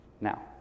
Now